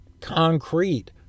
concrete